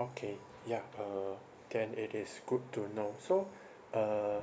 okay yeah uh can it is good to know so uh